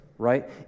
Right